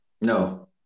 No